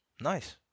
nice